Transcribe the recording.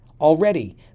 Already